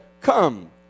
Come